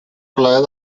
plaer